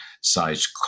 sized